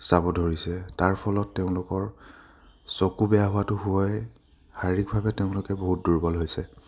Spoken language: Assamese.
চাব ধৰিছে তাৰ ফলত তেওঁলোকৰ চকু বেয়া হোৱাটো হোৱোই শাৰীৰিকভাৱে তেওঁলোকে বহুত দুৰ্বল হৈছে